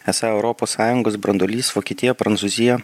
esą europos sąjungos branduolys vokietija prancūzija